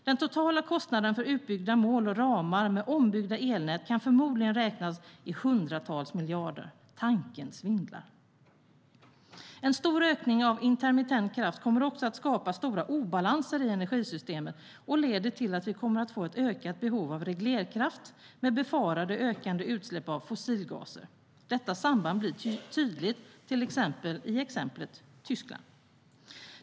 Den totala kostnaden för utbyggda mål och ramar med ombyggda elnät kan förmodligen räknas i hundratals miljarder. Tanken svindlar. En stor ökning av intermittent kraft kommer att skapa stora obalanser i energisystemet och leder till att vi kommer att få ett ökat behov av reglerkraft med befarade ökade utsläpp av fossilgaser. Detta samband blir tydligt i till exempel Tyskland.